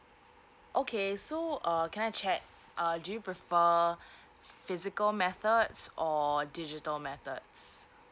okay so err can I check err do you prefer physical methods or digital methods